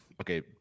okay